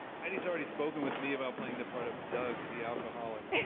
heidi has already spoken with me about playing the part of doug, the alcoholic.